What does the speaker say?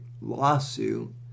lawsuit